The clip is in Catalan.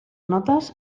notes